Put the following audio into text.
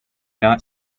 not